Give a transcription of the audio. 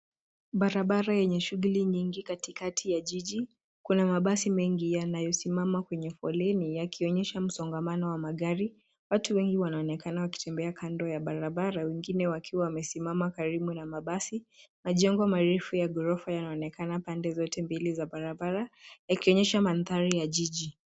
Barabara enye shuguli nyingi katikati ya jiji. Kuna mabasi mengi yanayosimama kwenye foleni yakionyesha msongamano wa magari. Watu wengi wanaonekana wakitembea kando ya barabara wengine wakiwa wamesimama karibu na mabasi. Majengo marefu ya ghorofa yanaonekana pande zote mbili za barabara yakioyesha mandhari ya jiji.